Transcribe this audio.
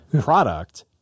product